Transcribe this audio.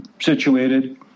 situated